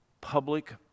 Public